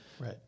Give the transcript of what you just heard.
Right